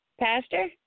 Pastor